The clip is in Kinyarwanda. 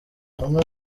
bamwe